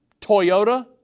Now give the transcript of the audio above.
Toyota